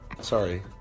Sorry